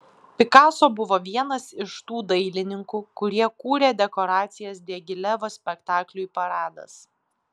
pikaso buvo vienas iš tų dailininkų kurie kūrė dekoracijas diagilevo spektakliui paradas